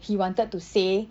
he wanted to say